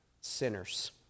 sinners